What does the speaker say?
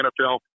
NFL